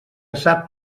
sap